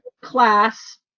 class